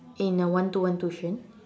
in a one to one tuition